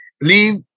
Leave